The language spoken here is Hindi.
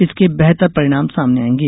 इसके बेहतर परिणाम सामने आएंगे